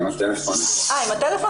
50 אינקרימנטלי,